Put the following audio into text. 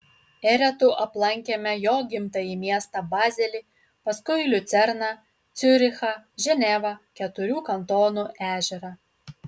eretu aplankėme jo gimtąjį miestą bazelį paskui liucerną ciurichą ženevą keturių kantonų ežerą